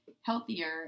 healthier